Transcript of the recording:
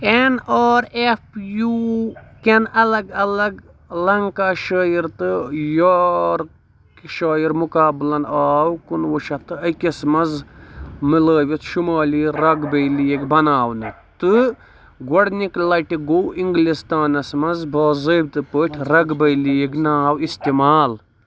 N R F U کیٚن الگ الگ لنکا شاعر تہٕ یارک شاعر مُقابلَن آو کُنہٕ وُہ شَتھ تہٕ أکِس منٛز مِلٲوِتھ شُمٲلی رگبی لیٖگ بناونہٕ تہٕ گۄڈنِکہٕ لٹہِ گوٚو اِنٛگلستانَس منٛز باضٲبطہٕ پٲٹھۍ رگبی لیٖگُک ناو استعمال